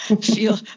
Feel